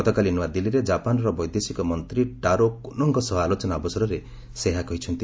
ଗତକାଲି ନୂଆଦିଲ୍ଲୀଠାରେ ଜାପାନର ବୈଦେଶିକମନ୍ତ୍ରୀ ଟାରୋ କୋନୋଙ୍କ ସହ ଆଲୋଚନା ଅବସରରେ ସେ ଏହା କହିଛନ୍ତି